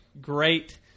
great